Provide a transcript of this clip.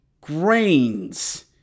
Grains